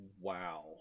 Wow